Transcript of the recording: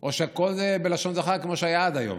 או שהכול בלשון זכר, כמו שהיה עד היום.